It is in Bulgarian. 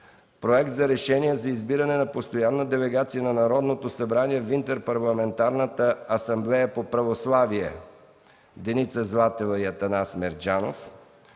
Проект за решение за избиране на постоянна делегация на Народното събрание в Интерпарламентарния съюз. Вносители – Деница Златева и Атанас Мерджанов.